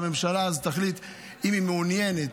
והממשלה אז תחליט אם היא מעוניינת,